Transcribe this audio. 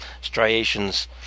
striations